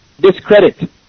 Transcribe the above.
discredit